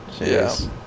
Yes